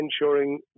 ensuring